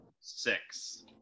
six